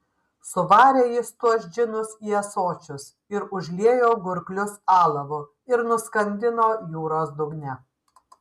suvarė jis tuos džinus į ąsočius ir užliejo gurklius alavu ir nuskandino jūros dugne